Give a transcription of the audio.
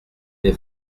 des